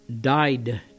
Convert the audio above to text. died